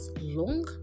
long